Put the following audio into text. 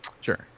Sure